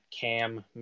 cam